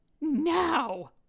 Now